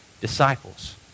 disciples